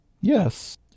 Yes